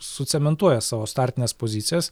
sucementuoja savo startines pozicijas